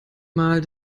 mal